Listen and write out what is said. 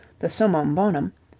the summum bonum,